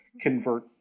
convert